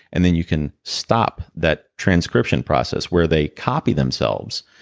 and then you can stop that transcription process, where they copy themselves,